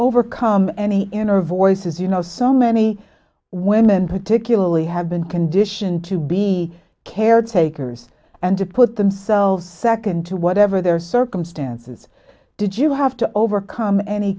overcome any inner voices you know so many women particularly have been conditioned to be caretakers and to put themselves second to whatever their circumstances did you have to overcome any